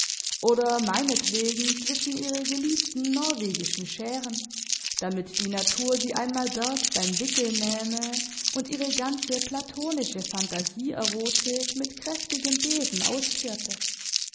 oder meinetwegen zwischen ihre geliebten norwegischen schären damit die natur sie einmal derb beim wickel nähme und ihre ganze platonische phantasieerotik mit kräftigem besen auskehrte